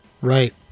Right